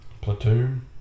Platoon